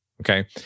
Okay